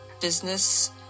business